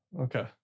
Okay